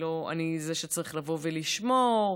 אני זה שצריך לבוא ולשמור.